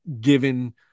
given